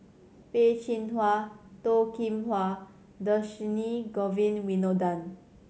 Peh Chin Hua Toh Kim Hwa and Dhershini Govin Winodan